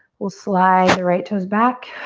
we'll slide the right toes back.